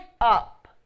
up